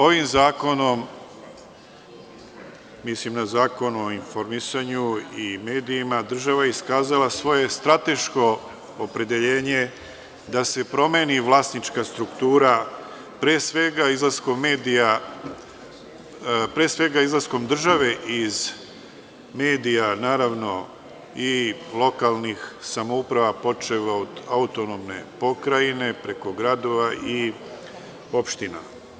Ovim Zakonom, mislim na Zakon o informisanju i medijima, država je iskazala svoje strateško opredeljenje da se promeni vlasnička struktura, pre svega izlaskom države iz medija naravno i lokalnih samouprava, počev od autonomne pokrajine i preko gradova i opština.